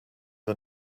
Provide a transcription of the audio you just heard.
are